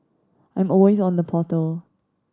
I'm always on the portal